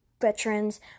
veterans